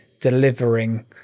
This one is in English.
delivering